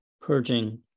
purging